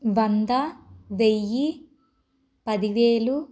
వంద వెయ్యి పదివేలు